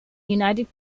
united